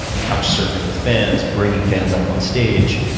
couch-surfing with fans, bringing fans up on stage.